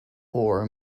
ore